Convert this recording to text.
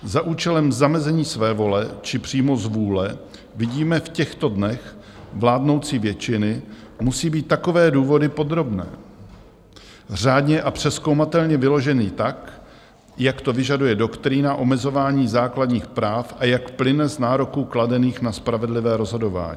Za účelem zamezení svévole, či přímo zvůle vidíme v těchto dnech vládnoucí většiny musí být takové důvody podrobné, řádně a přezkoumatelně vyložené tak, jak to vyžaduje doktrína omezování základních práv a jak plyne z nároků kladených na spravedlivé rozhodování.